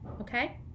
okay